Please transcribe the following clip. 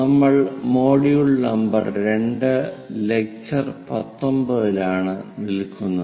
നമ്മൾ module number 2 lecture 19 ലാണ് നിൽക്കുന്നത്